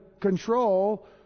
control